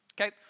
Okay